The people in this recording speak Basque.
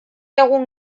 egun